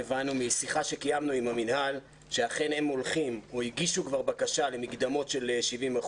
אתמול הבנו משיחה שקיימנו עם המינהל שהגישו כבר בקשה למקדמות של 70%,